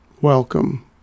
Welcome